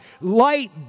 light